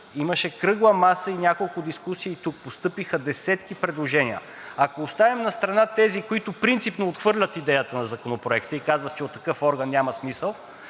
имаше кръгла маса и няколко дискусии тук, постъпиха десетки предложения. Ако оставим настрана тези, които принципно отхвърлят идеята на Законопроекта и казват, че от такъв орган няма смисъл